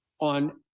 on